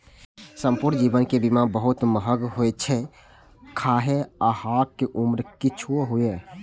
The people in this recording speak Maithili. संपूर्ण जीवन के बीमा बहुत महग होइ छै, खाहे अहांक उम्र किछुओ हुअय